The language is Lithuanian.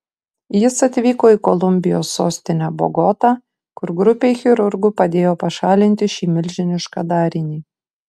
jis atvyko į kolumbijos sostinę bogotą kur grupei chirurgų padėjo pašalinti šį milžinišką darinį